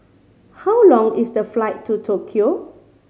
how long is the flight to Tokyo